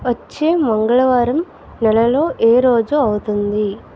వచ్చే మంగళవారం నెలలో ఏ రోజు అవుతుంది